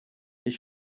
his